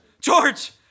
George